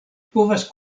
povas